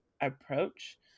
approach